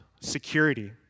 security